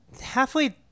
halfway